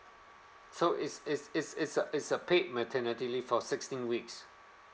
so it's it's it's it's a it's a paid maternity leave for sixteen weeks